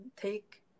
take